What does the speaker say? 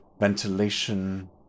ventilation